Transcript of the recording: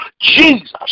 Jesus